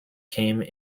came